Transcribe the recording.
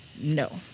No